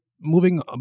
Moving